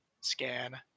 scan